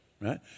right